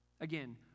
Again